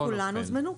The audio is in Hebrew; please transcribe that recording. כולן הוזמנו.